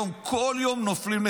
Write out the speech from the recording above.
בכל יום נופלים,